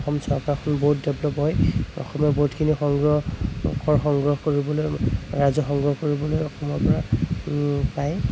অসম চৰকাৰখন বহুত ডেভলপ হয় অসমে বহুতখিনি সংগ্ৰহ কৰ সংগ্ৰহ কৰিবলৈ ৰাজহ সংগ্ৰহ কৰিবলৈ অসমৰ পৰা পায়